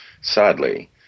sadly